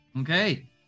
okay